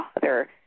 father